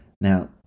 Now